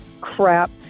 crap